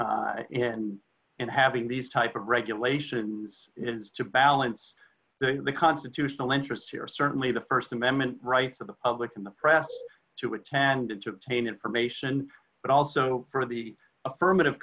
and having these type of regulations is to balance the constitutional interests here certainly the st amendment rights of the public and the press to attended to obtain information but also for the affirmative